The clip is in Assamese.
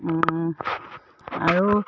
আৰু